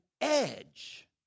edge